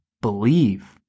believe